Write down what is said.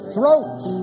Throats